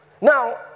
Now